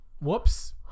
whoops